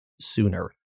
sooner